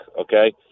okay